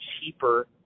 cheaper